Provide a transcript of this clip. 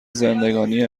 زندگانی